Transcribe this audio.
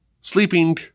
sleeping